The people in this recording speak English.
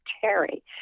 Terry